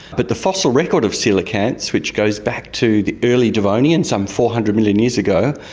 but the fossil record of coelacanths, which goes back to the early devonian, some four hundred million years ago,